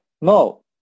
no